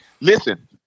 listen